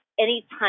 Anytime